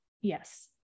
Yes